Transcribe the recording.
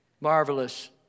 marvelous